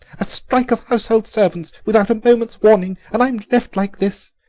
a strike of household servants without a moment's warning, and i'm left like this!